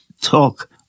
talk